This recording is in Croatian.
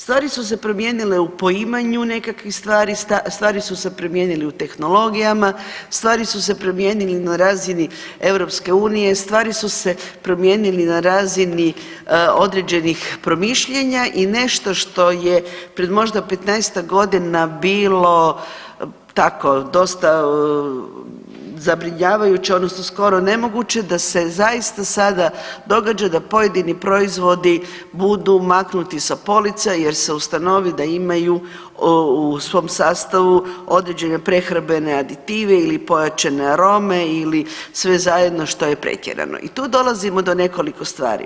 Stvari su se promijenile u poimanju nekih stvari, stvari su se promijenile u tehnologijama, stvari su se promijenili na razini EU, stvari su se promijenili na razini određenih promišljanja i nešto što je pred možda petnaestak godina bilo tako, dosta zabrinjavajuće odnosno skoro nemoguće da se zaista sada događa da pojedini proizvodi budu maknuti sa polica jer se ustanovi da imaju u svom sastavu određene prehrambene aditive ili pojačane arome ili sve zajedno što je pretjerano i tu dolazimo do nekoliko stvari.